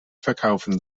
verkaufen